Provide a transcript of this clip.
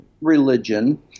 religion